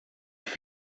ich